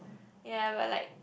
ya but like